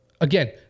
Again